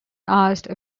asked